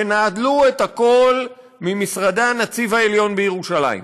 תנהלו את הכול ממשרדי הנציב העליון בירושלים.